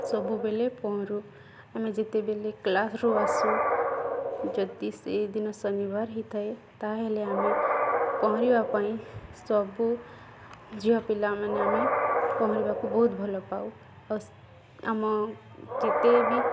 ସବୁବେଳେ ପହଁରୁ ଆମେ ଯେତେବେଲେ କ୍ଲାସ୍ରୁ ଆସୁ ଯଦି ସେହି ଦିନ ଶନିବାର ହୋଇଥାଏ ତା'ହେଲେ ଆମେ ପହଁରିବା ପାଇଁ ସବୁ ଝିଅପିଲାମାନେ ଆମେ ପହଁରିବାକୁ ବହୁତ ଭଲପାଉ ଆଉ ଆମ ଯେତେ ବି